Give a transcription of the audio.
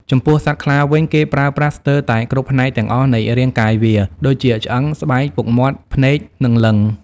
ចំពោះសត្វខ្លាវិញ គេប្រើប្រាស់ស្ទើរតែគ្រប់ផ្នែកទាំងអស់នៃរាងកាយវា ដូចជា ឆ្អឹង ស្បែក ពុកមាត់ ភ្នែក និង លិង្គ ។